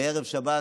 בערב שבת